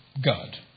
God